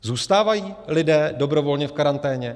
Zůstávají lidé dobrovolně v karanténě?